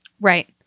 Right